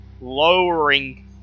lowering